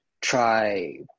try